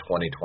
2020